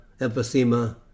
Emphysema